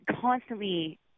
constantly